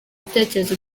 ibitekerezo